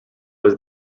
was